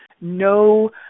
no